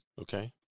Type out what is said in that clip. Okay